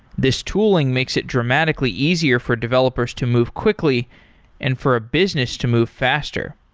this tooling makes it dramatically easier for developers to move quickly and for a business to move faster.